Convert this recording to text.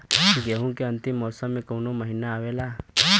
गेहूँ के अंतिम मौसम में कऊन महिना आवेला?